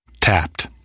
Tapped